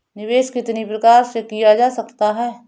निवेश कितनी प्रकार से किया जा सकता है?